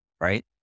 right